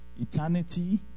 Eternity